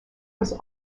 was